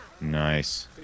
Nice